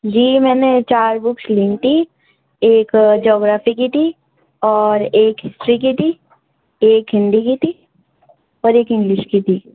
جی میں نے چار بکس لی تھیں ایک جیوگرافی کی تھی اور ایک ہسٹری کی تھی ایک ہندی کی تھی اور ایک انگلش کی تھی